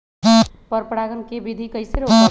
पर परागण केबिधी कईसे रोकब?